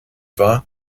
war